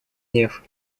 гнев